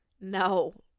No